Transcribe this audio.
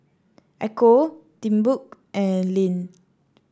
Ecco Timbuk and Lindt